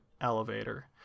elevator